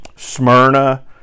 smyrna